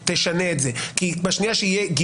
משפט שלא תוכל לעשות בג"ץ אליס מילר כי בדקה אחת יכתבו